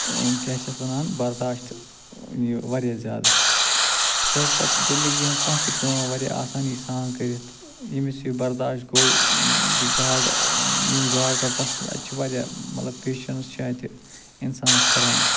إں کیٛاہ چھِ اتھ ونان برداشت ٲں یہِ واریاہ زیادٕ سُہ ہیٚکہِ پتہٕ زندگی ہنٛز کانٛہہ تہِ کٲم واریاہ آسٲنی سان کرتھ ییٚمِس یہِ برداشت گوٚو زِ گاڑ ٲں یِم گاڑ رٹنس منٛز اَتہِ چھِ واریاہ مطلب پیشنٕس چھِ اتہِ انسانَس ہُران